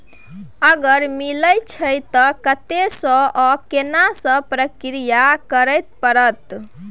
अगर मिलय अछि त कत्ते स आ केना सब प्रक्रिया करय परत?